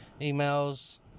emails